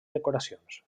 decoracions